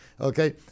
Okay